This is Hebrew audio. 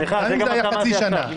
גם אם זה היה חצי שנה.